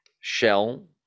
shell